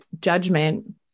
judgment